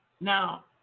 Now